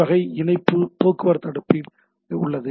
வகை இணைப்பு போக்குவரத்து அடுக்கில் உள்ளது